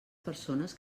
persones